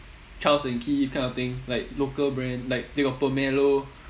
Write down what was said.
charles and keith kind of thing like local brand like they got pomelo